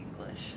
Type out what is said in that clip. English